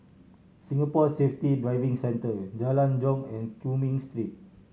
Singapore Safety Driving Centre Jalan Jong and Cumming Street